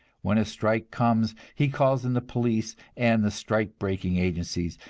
when a strike comes, he calls in the police and the strike-breaking agencies,